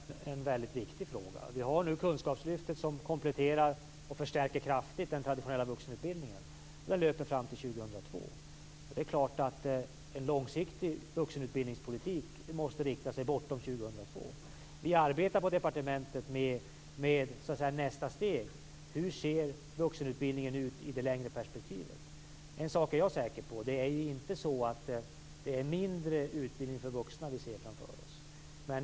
Fru talman! Gunnar Goude tar upp en väldigt viktig fråga. Vi har nu kunskapslyftet som kompletterar och kraftigt förstärker den traditionella vuxenutbildningen. Det löper fram till år 2002. Det är klart att en långsiktig vuxenutbildningspolitik måste rikta sig bortom 2002. Vi arbetar på departementet med nästa steg. Hur ser vuxenutbildningen ut i det längre perspektivet? En sak är jag säker på: Det är inte så att det är mindre utbildning för vuxna vi ser framför oss.